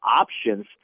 options